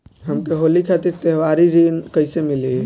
हमके होली खातिर त्योहारी ऋण कइसे मीली?